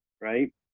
right